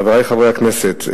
חברי חברי הכנסת,